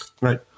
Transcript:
Right